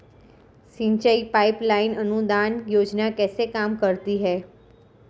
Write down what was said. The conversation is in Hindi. सिंचाई पाइप लाइन अनुदान योजना कैसे काम करती है?